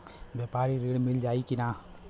व्यापारी ऋण मिल जाई कि ना?